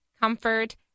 comfort